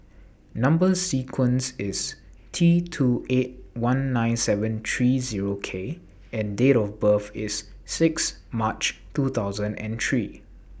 Number sequence IS T two eight one nine seven three Zero K and Date of birth IS six March two thousand and three